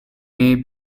may